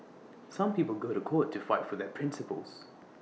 some people go to court to fight for their principles